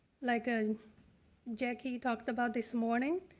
like ah jackie talked about this morning.